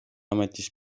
ametis